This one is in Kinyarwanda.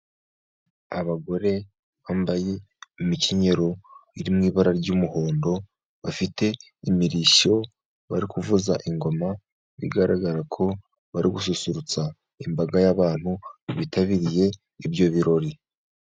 Abagore bambaye imikenyero iri mu ibara ry'umuhondo bafite imirishyo bari kuvuza ingoma, bigaragara ko bari gususurutsa imbaga y'abantu bitabiriye ibyo birori.